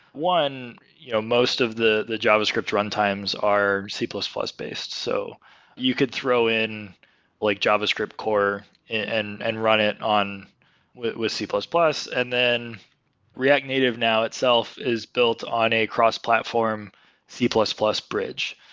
one you know most of the the javascript runtimes are c plus plus based. so you could throw in like javascript core and then and run it on with with c plus plus. and then react native now itself is built on a cross-platform c plus plus bridge.